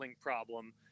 problem